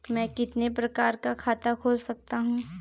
मैं कितने प्रकार का खाता खोल सकता हूँ?